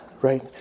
right